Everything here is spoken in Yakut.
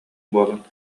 буолан